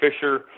fisher